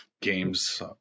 games